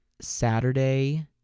Saturday